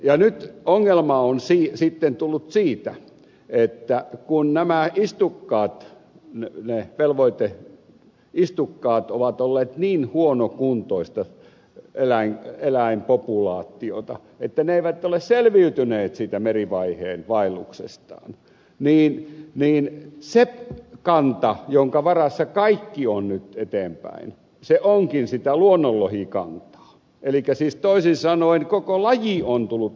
nyt ongelma on sitten tullut siitä että kun nämä istukkaat ne velvoiteistukkaat ovat olleet niin huonokuntoista eläinpopulaatiota että ne eivät ole selviytyneet siitä merivaiheen vaelluksestaan niin se kanta jonka varassa kaikki on nyt eteenpäin onkin sitä luonnonlohikantaa elikkä siis toisin sanoen koko laji on tullut uhanalaiseksi